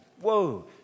Whoa